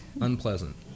unpleasant